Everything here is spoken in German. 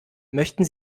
möchten